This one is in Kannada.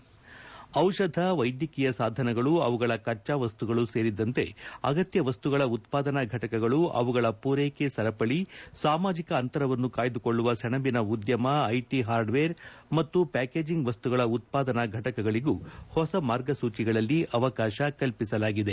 ಡಿ ಧ ವೈದ್ಯಕೀಯ ಸಾಧನಗಳು ಅವುಗಳ ಕಜ್ವಾ ವಸ್ತುಗಳು ಸೇರಿದಂತೆ ಅಗತ್ಯ ಮಸ್ತುಗಳ ಉತ್ಪಾದನಾ ಘಟಕಗಳು ಅವುಗಳ ಪೂರೈಕೆ ಸರಪಳಿ ಸಾಮಾಜಿಕ ಅಂತರವನ್ನು ಕಾಯ್ದುಕೊಳ್ಳುವ ಸೇಣಬಿನ ಉದ್ದಮ ಐಟಿ ಹಾರ್ಡ್ವೇರ್ ಮತ್ತು ಪ್ಚಾಕೇಜಿಂಗ್ ವಸ್ತುಗಳ ಉತ್ಪಾದನಾ ಘಟಕಗಳಗೂ ಹೊಸ ಮಾರ್ಗಸೂಚಿಗಳಲ್ಲಿ ಅವಕಾಶ ಕಲ್ಪಿಸಲಾಗಿದೆ